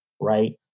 right